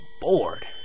bored